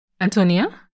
Antonia